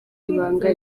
ibanga